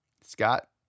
Scott